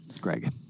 greg